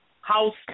House